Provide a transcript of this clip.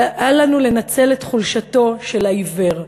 אל לנו לנצל את חולשתו של העיוור,